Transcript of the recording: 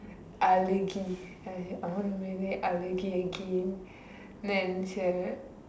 Azhagi I I want to marry Azhagi again then sharon